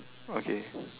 okay